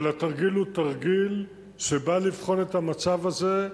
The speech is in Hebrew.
אבל התרגיל הוא תרגיל שבא לבחון את המצב הזה,